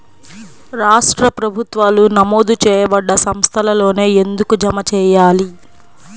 రాష్ట్ర ప్రభుత్వాలు నమోదు చేయబడ్డ సంస్థలలోనే ఎందుకు జమ చెయ్యాలి?